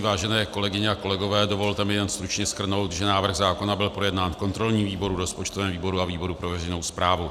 Vážené kolegyně a kolegové, dovolte mi jen stručně shrnout, že návrh zákona byl projednán v kontrolním výboru, rozpočtovém výboru a výboru pro veřejnou správu.